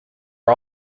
are